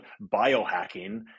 biohacking